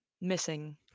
missing